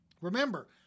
Remember